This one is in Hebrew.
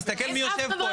תסתכל מי יושב פה.